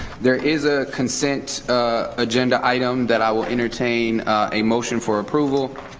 there is a consent agenda item that i will entertain a motion for approval.